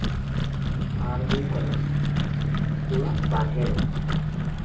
ᱟᱨ ᱦᱩᱭᱩᱜ ᱠᱟᱱᱟ ᱚᱲᱟᱜ ᱵᱟᱦᱨᱮ ᱨᱮ